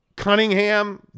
Cunningham